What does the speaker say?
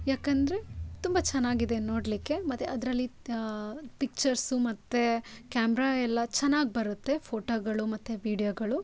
ಯಾಕಂದರೆ ತುಂಬ ಚೆನ್ನಾಗಿ ಇದೆ ನೋಡಲಿಕ್ಕೆ ಮತ್ತೆ ಅದರಲ್ಲಿ ಪಿಕ್ಚರ್ಸು ಮತ್ತು ಕ್ಯಾಮ್ರಾ ಎಲ್ಲ ಚೆನ್ನಾಗಿ ಬರುತ್ತೆ ಫೋಟೋಗಳು ಮತ್ತು ವಿಡ್ಯೋಗಳು